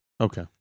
Okay